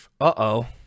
Uh-oh